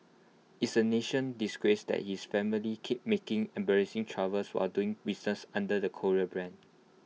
it's A national disgrace that this family keeps making embarrassing troubles while doing business under the Korea brand